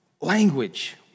language